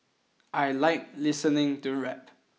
I like listening to rap